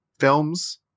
films